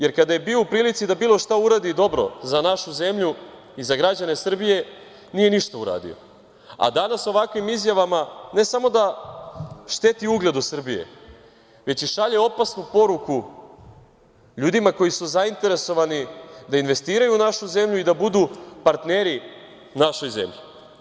Jer, kada je bio u prilici da bilo šta uradi dobro za našu zemlju i za građane Srbije nije ništa uradio, a danas ovakvim izjavama ne samo da šteti ugled Srbije, već i šalje opasnu poruku ljudima koji su zainteresovani da investiraju u našu zemlju i da budu partneri našoj zemlji.